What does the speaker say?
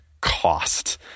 cost